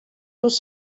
los